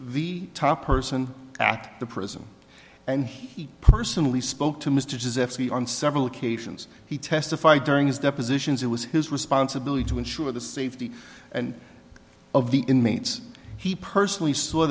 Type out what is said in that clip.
the top person at the prison and he personally spoke to mr deserve to be on several occasions he testified during his depositions it was his responsibility to ensure the safety and of the inmates he personally s